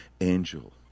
angel